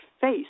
face